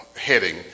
heading